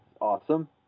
awesome